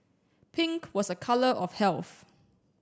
pink was a color of health